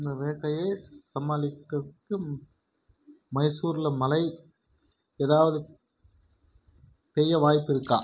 இந்த வேக்கையை சமாளிக்கக்கு மைசூரில் மழை ஏதாவது பெய்ய வாய்ப்பிருக்கா